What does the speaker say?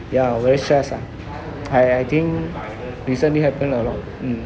ya very stress ah I I think recently happen a lot mm